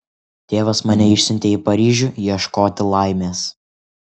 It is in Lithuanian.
tėvas mane išsiuntė į paryžių ieškoti laimės